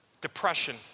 depression